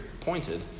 pointed